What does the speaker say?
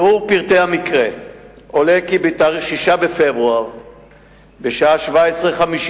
אבל לפעמים, שאשה ערבייה